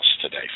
today